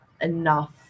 enough